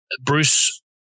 Bruce